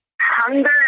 hunger